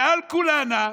ועל כולנה,